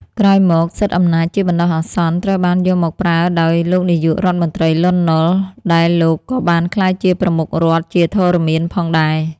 ក្រោយមក សិទ្ធិអំណាចជាបណ្ដោះអាសន្នត្រូវបានយកមកប្រើដោយលោកនាយករដ្ឋមន្ត្រីលន់ នល់ ដែលលោកក៏បានក្លាយជាប្រមុខរដ្ឋជាធរមានផងដែរ។